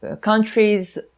countries